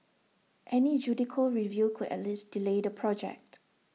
any judicial review could at least delay the project